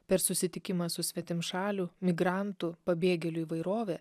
per susitikimą su svetimšalių migrantų pabėgėlių įvairove